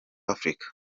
africa